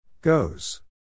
Goes